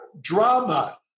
drama